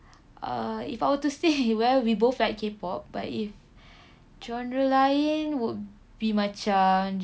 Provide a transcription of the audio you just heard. err if I were to say well we both like K pop but if genre lain would be macam